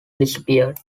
disappeared